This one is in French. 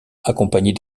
accompagnée